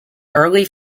early